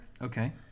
Okay